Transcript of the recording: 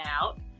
out